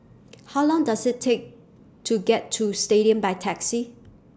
How Long Does IT Take to get to Stadium By Taxi